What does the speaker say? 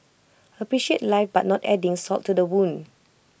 appreciate life but not adding salt to the wound